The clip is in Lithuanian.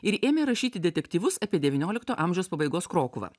ir ėmė rašyti detektyvus apie devyniolikto amžiaus pabaigos krokuvą